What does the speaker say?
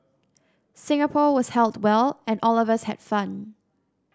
Singapore was held well and all of us had fun